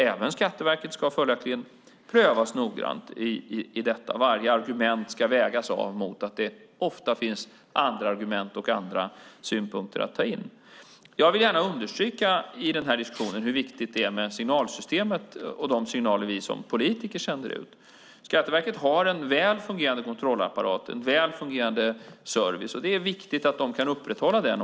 Även Skatteverket ska följaktligen prövas noga. Varje argument ska vägas mot att det ofta finns andra argument och synpunkter att ta in. Jag vill gärna understryka hur viktigt det är med signalsystemet och de signaler som vi politiker sänder ut. Skatteverket har en väl fungerande kontrollapparat och en väl fungerande service. Det är viktigt att man kan upprätthålla den.